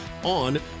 on